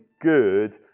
good